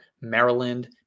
Maryland